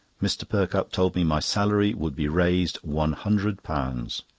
mr. perkupp told me my salary would be raised one hundred pounds!